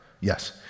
Yes